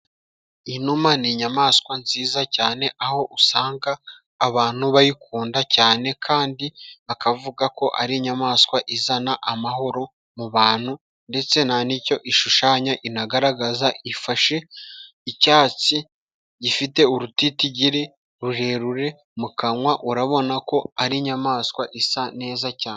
Inuma ni inyamaswa nziza cyane aho usanga abantu bayikunda cyane kandi bakavuga ko ari inyamaswa izana amahoro mu bantu, ndetse na n'icyo ishushanya inagaragaza, ifashe icyatsi gifite urutitigiri rurerure mu kanwa urabona ko ari inyamaswa isa neza cyane.